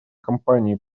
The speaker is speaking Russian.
кампании